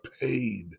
paid